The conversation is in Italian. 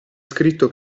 scritto